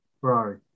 Ferrari